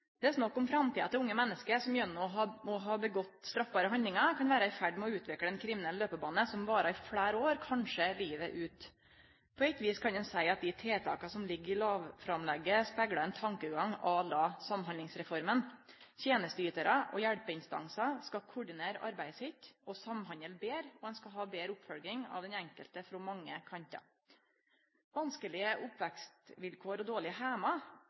Det er snakk om framtida til unge menneske som gjennom å ha gjort seg skuldige i straffbare handlingar kan vere i ferd med å utvikle ein kriminell løpebane som varer i fleire år, kanskje livet ut. På eit vis kan ein seie at dei tiltaka som ligg i lovframlegget, speglar ein tankegang à la Samhandlingsreforma. Tenesteytarar og hjelpeinstansar skal koordinere arbeidet sitt og samhandle betre, og ein skal ha betre oppfølging av den enkelte frå mange kantar. Vanskelege oppvekstvilkår og dårlege